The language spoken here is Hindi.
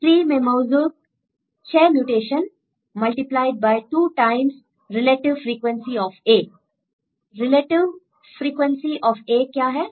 ट्री में मौजूद 6 mutation multiplied by two times relative frequency of A relative frequency of A क्या है